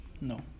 No